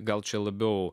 gal čia labiau